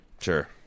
Sure